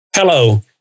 Hello